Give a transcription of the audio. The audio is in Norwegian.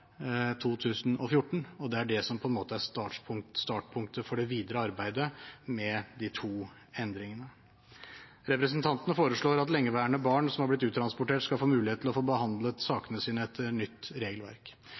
2014, og det er det som på en måte er startpunktet for det videre arbeidet med de to endringene. Representantene foreslår at lengeværende barn som har blitt uttransportert, skal få muligheten til å få behandlet sakene sine etter nytt regelverk.